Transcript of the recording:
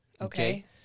Okay